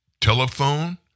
telephone